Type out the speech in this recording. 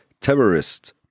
terrorist